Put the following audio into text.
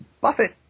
Buffett